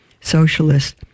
Socialists